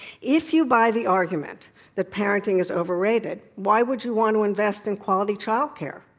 if you buy the argument that parenting is overrated, why would you want to invest in quality childcare?